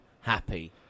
happy